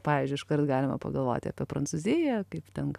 pavyzdžiui iškart galima pagalvoti apie prancūziją kaip ten